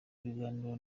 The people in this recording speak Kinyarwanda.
ibiganiro